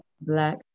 Black